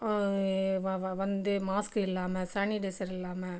வ வா வந்து மாஸ்க் இல்லாமல் சானிடைசர் இல்லாமல்